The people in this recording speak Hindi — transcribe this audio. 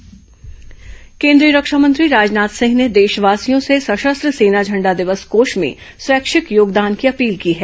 रक्षा मंत्री अपील केंद्रीय रक्षा मंत्री राजनाथ सिंह ने देशवासियों से सशस्त्र सेना झंडा दिवस कोष में स्वैच्छिक योगदान की अपील की है